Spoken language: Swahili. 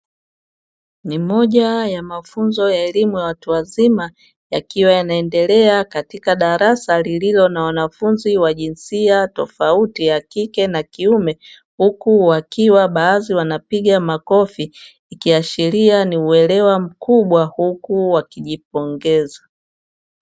Ni moja ya mafunzo ya elimu ya watu wazima yakiwa yanaendelea katika darasa lililo na wanafunzi wa jinsia tofauti ya kike na kiume, huku wakiwa baadhi wanapiga makofi, ikiashiria ni uelewa mkubwa huku wakijipongeza.